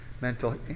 mental